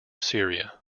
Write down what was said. syria